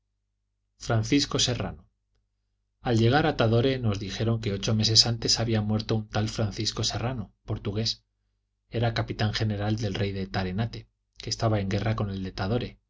francisco serrano al llegar a tadore nos dijeron que ocho meses antes había muerto un tal francisco serrano portugués era capitán general del rey de tarenate que estaba en guerra con el de tadore